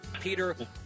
Peter